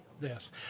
Yes